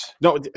No